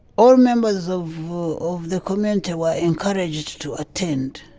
all members of of the community were encouraged to attend.